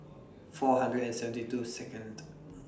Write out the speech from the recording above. four hundred and seventy two Second